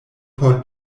por